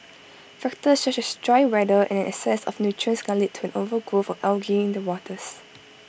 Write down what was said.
factors such as dry weather and an excess of nutrients can lead to an overgrowth of algae in the waters